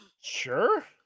Sure